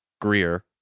Greer